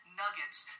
nuggets